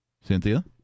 Cynthia